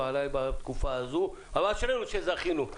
עלי בתקופה הזאת אבל אשרינו שזכינו.